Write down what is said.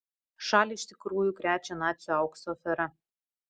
šalį iš tikrųjų krečia nacių aukso afera